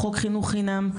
חוק חינוך חינם,